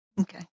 Okay